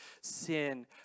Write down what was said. sin